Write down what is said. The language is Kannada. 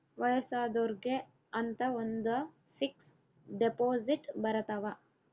ವಯಸ್ಸಾದೊರ್ಗೆ ಅಂತ ಒಂದ ಫಿಕ್ಸ್ ದೆಪೊಸಿಟ್ ಬರತವ